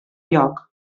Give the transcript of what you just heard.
lloc